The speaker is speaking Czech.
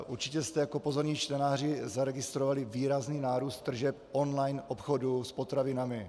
Určitě jste jako pozorní čtenáři zaregistrovali výrazný nárůst tržeb online obchodů s potravinami.